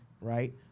right